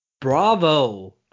bravo